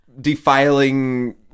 defiling